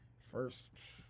First